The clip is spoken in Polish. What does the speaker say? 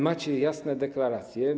Macie jasną deklarację.